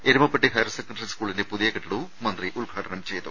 എരു മ പെട്ടി ഹയർസെ ക്കണ്ടറി സ്കൂളിന്റെ പുതിയ കെട്ടിടവും മന്ത്രി ഉദ്ഘാടനം ചെയ്തു